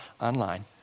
online